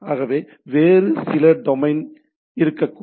ஆகவே வேறு சில டொமைன் இருக்கக்கூடும்